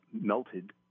melted